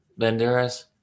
Banderas